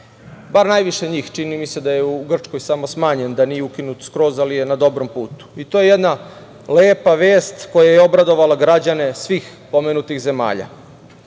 bar najviše njih, čini mi se da je u Grčkoj samo smanjen, da nije ukinut skroz ali je na dobrom putu i to je jedna lepa vest koja je obradovala građane svih pomenutih zemalja.I